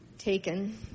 taken